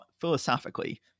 philosophically